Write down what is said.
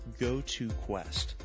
GoToQuest